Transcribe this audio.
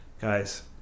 guys